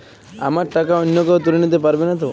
আমার টাকা অন্য কেউ তুলে নিতে পারবে নাতো?